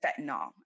fentanyl